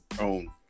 own